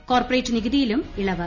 corporate നികുതിയിലും ഇളവ്